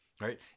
Right